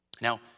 Now